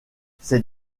ces